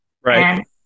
Right